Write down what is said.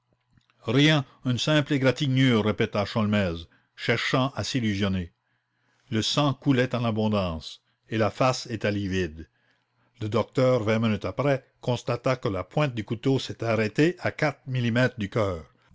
rien une simple égratignure répéta sholmès cherchant à s'illusionner le sang coulait en abondance et la face était livide le docteur vingt minutes après constatait que la pointe du couteau s'était arrêtée à quatre millimètres du cœur